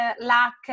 luck